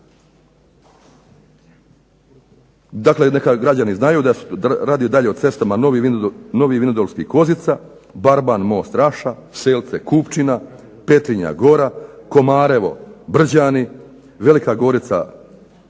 Dakle, neka građani znaju da se tu radi dalje o cestama Novi Vinodolski – Kozica, Barban Most – Raša, Selce – Kupčina, Petrinja – Gora, Komarevo – Brđani, Velika Gorica